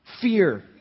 fear